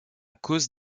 cause